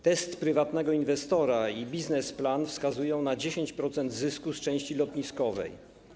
Test prywatnego inwestora i biznesplan wskazują na 10% zysku z części lotniskowej.